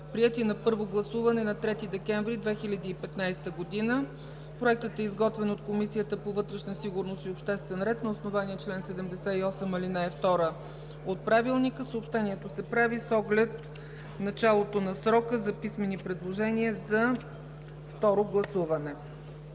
приети на първо гласуване на 3 декември 2015 г. Проектът е изготвен от Комисията по вътрешна сигурност и обществен ред на основание чл. 78, ал. 2 от Правилника. Съобщението се прави с оглед началото на срока за писмени предложения за второ гласуване.